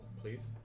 please